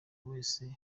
wese